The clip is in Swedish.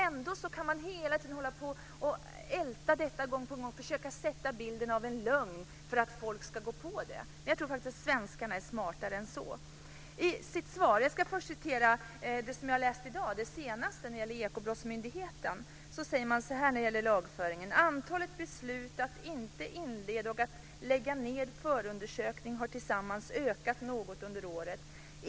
Ändå kan man hela tiden älta detta och försöka sätta upp bilden av en lögn för att folk ska gå på det. Men jag tror faktiskt att svenskarna är smartare än så. Jag läste i dag att Ekobrottsmyndigheten säger så här när det gäller lagföringen: Antalet beslut att inte inleda och att lägga ned förundersökning har tillsammans ökat något under året.